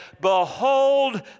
Behold